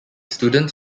students